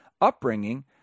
upbringing